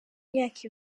imyaka